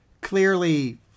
clearly